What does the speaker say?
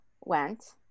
went